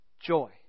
Joy